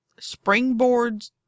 springboards